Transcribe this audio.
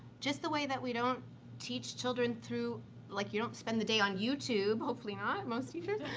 just the way that we don't teach children through like, you don't spend the day on youtube, hopefully not, most teachers,